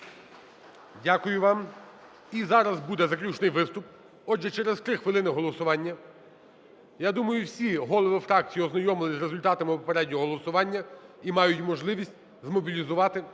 Дякую вам. І зараз буде заключний виступ. Отже, через 3 хвилини голосування. Я думаю, всі голови фракцій ознайомились з результатами попереднього голосування і мають можливість змобілізувати